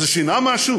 אז זה שינה משהו?